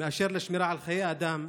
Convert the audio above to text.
מאשר בשמירה על חיי אדם,